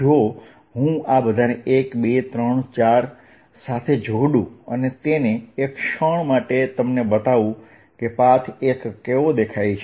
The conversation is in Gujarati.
જો હું આ બધાને 1 2 3 4 સાથે જોડું અને તેને એક ક્ષણ માટે તમને બતાવું કે પાથ 1 કેવો દેખાય છે